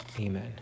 amen